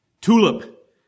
TULIP